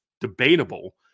debatable